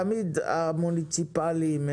תמיד המוניציפאליים,